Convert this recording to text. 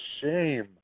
shame